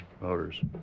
motors